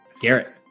Garrett